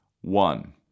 One